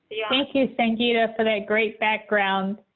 yeah thank you sangeeta for that great background.